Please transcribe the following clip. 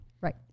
Right